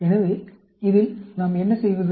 எனவே நாம் இதில் என்ன செய்வது